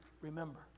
remember